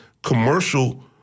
commercial